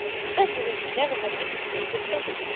especially when you've never had any experience with children.